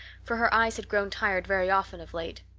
for her eyes had grown tired very often of late.